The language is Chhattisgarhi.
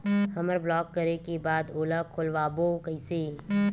हमर ब्लॉक करे के बाद ओला खोलवाबो कइसे?